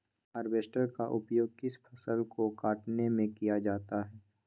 Harvester का उपयोग किस फसल को कटने में किया जाता है?